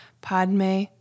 Padme